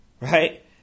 right